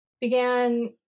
began